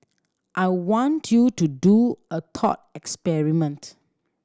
I want you to do a thought experiment